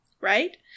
right